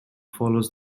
follows